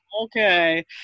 okay